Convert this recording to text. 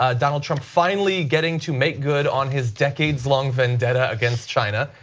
ah donald trump finally getting to make good on his decades long vendetta against china,